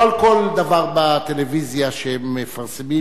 לא על כל דבר בטלוויזיה שהם מפרסמים,